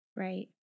Right